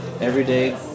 everyday